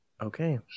Okay